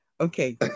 okay